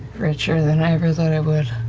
richer than i ever thought i would,